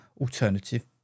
Alternative